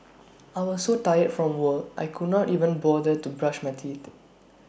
I was so tired from work I could not even bother to brush my teeth